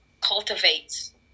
cultivates